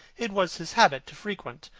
it was his habit to frequent,